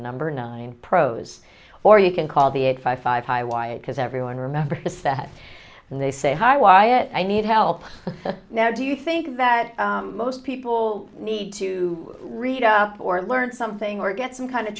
number nine pros or you can call the eight five five high why because everyone remembers that and they say hi wyatt i need help now do you think that most people need to read or learn something or get some kind of